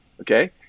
okay